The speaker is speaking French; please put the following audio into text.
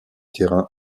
terrain